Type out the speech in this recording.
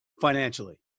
financially